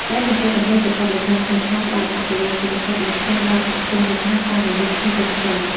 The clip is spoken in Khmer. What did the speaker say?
ដែនជម្រកដំរីប្រកបដោយក្រមសីលធម៌ ផ្តល់អត្ថប្រយោជន៍សេដ្ឋកិច្ចដោយផ្ទាល់ដល់សហគមន៍មូលដ្ឋានតាមរយៈភ្ញៀវទេសចរ។